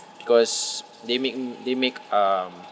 because they make they make um